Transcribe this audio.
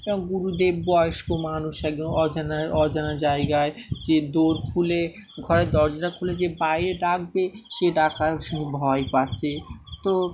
এবং গুরুদেব বয়স্ক মানুষ একজন অজানায় অজানা জায়গায় যে দৌড় খুলে ঘরের দরজা খুলে যে বাইরে ডাকবে সে ডাকারও শু ভয় পাচ্ছে তো